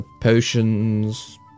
potions